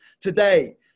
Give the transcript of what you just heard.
today